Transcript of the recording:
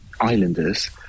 islanders